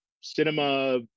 cinema